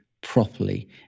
properly